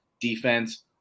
defense